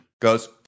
goes